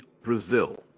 Brazil